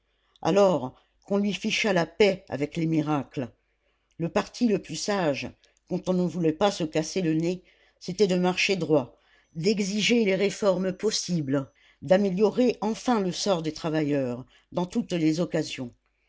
alors qu'on lui fichât la paix avec les miracles le parti le plus sage quand on ne voulait pas se casser le nez c'était de marcher droit d'exiger les réformes possibles d'améliorer enfin le sort des travailleurs dans toutes les occasions